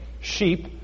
sheep